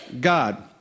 God